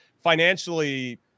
financially